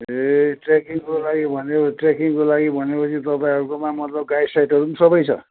ए ट्रेकिङको लागि भनेको ट्रेकिङको लागि भनेपछि तपाईँहरूकोमा मतलब गाइडसाइडहरू नि सबै छ